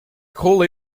cool